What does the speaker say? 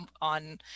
on